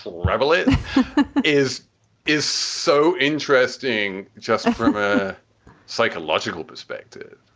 revel. it is is so interesting just from a psychological perspective